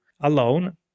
alone